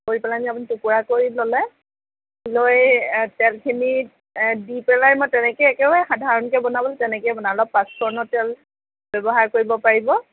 কৰি পেলাইনি আপুনি টুকুৰা কৰি ল'লে লৈ তেলখিনি দি পেলাই মই তেনেকৈ একেবাৰে সাধাৰণকৈ বনালে মই তেনেকৈ বনাওঁ অলপ পাঁচফোৰণৰ তেল ব্যৱহাৰ কৰিব পাৰিব